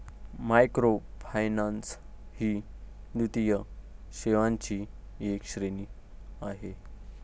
microfinance ही वित्तीय सेवांची एक श्रेणी आहे